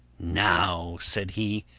now, said he,